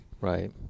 Right